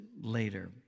later